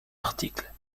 articles